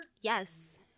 Yes